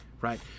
right